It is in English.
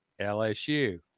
LSU